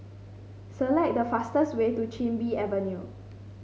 select the fastest way to Chin Bee Avenue